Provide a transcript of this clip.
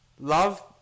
Love